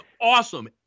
awesome